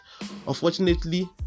Unfortunately